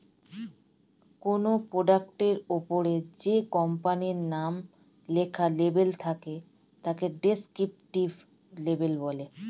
কোনো প্রোডাক্টের ওপরে যে কোম্পানির নাম লেখা লেবেল থাকে তাকে ডেসক্রিপটিভ লেবেল বলে